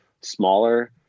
smaller